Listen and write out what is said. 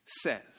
says